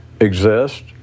exist